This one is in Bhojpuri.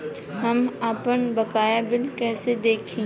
हम आपनबकाया बिल कइसे देखि?